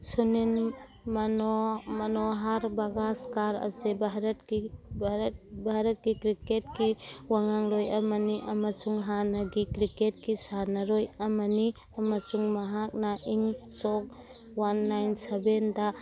ꯁꯨꯅꯤꯜ ꯃꯅꯣ ꯃꯅꯣꯍꯥꯔ ꯕꯒꯥꯁꯀꯥꯜ ꯑꯁꯤ ꯚꯥꯔꯠꯀꯤ ꯚꯥꯔꯠꯀꯤ ꯀ꯭ꯔꯤꯛꯀꯦꯠꯀꯤ ꯋꯥꯉꯥꯡꯂꯣꯏ ꯑꯃꯅꯤ ꯑꯃꯁꯨꯡ ꯍꯥꯟꯅꯒꯤ ꯀ꯭ꯔꯤꯛꯀꯦꯠꯀꯤ ꯁꯥꯟꯅꯔꯣꯏ ꯑꯃꯅꯤ ꯑꯃꯁꯨꯡ ꯃꯍꯥꯛꯅ ꯏꯪ ꯁꯣꯛ ꯋꯥꯟ ꯅꯥꯏꯟ ꯁꯕꯦꯟꯗ